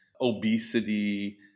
obesity